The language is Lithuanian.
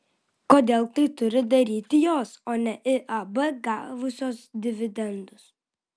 kodėl tai turi daryti jos o ne iab gavusios dividendus